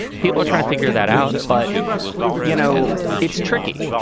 people are trying to figure that out. but you know, it's tricky.